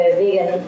vegan